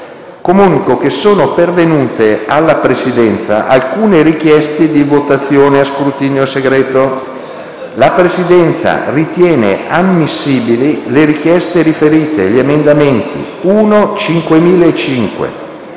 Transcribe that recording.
Comunico che sono pervenute alla Presidenza alcune richieste di votazione a scrutinio segreto. La Presidenza ritiene ammissibili le richieste riferite agli emendamenti 1.5005,